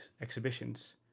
exhibitions